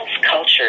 culture